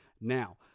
Now